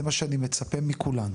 זה מה שאני מצפה מכולנו.